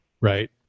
right